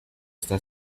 esta